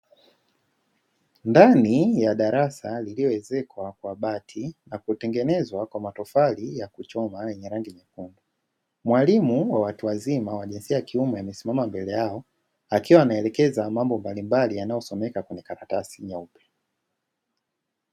Ndani ya darasa lililo ezekwa kwa bati na kutengenezwa kwa matofali ya kuchoma yenye rangi nyekundu, mwalimu wa watu wazima wa jinsia ya kiume amesimama mbele yao akiwa anaelekeza mambo mbalimbali yanayo someka kwenye karatasi nyeupe.